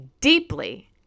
deeply